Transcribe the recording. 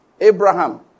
Abraham